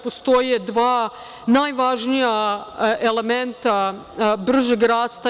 Postoje dva najvažnija elementa bržeg rasta.